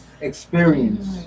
experience